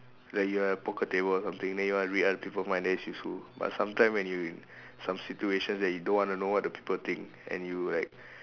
like you have poker table or something then you want to read other people mind then it's useful but sometime when you some situations that you don't wanna know what the people think and you like